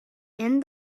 and